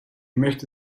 möchte